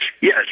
yes